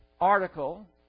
article